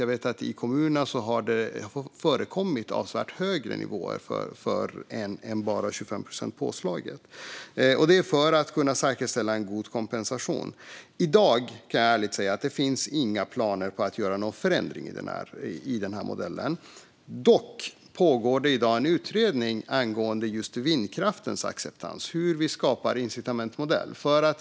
Jag vet att det i kommunerna har förekommit avsevärt högre nivåer än bara 25 procent i påslag. Så har man gjort för att kunna säkerställa en god kompensation. I dag kan jag ärligt säga att det inte finns några planer på att göra en förändring i den här modellen. Dock pågår det i dag en utredning angående acceptansen för vindkraften och hur vi skapar en incitamentsmodell.